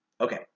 okay